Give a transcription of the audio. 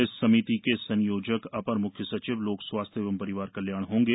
इस समिति के संयोजक अपर म्ख्य सचिव लोक स्वास्थ्य एवं परिवार कल्याण होंगे